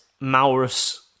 Maurus